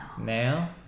now